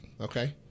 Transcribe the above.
okay